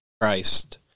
Christ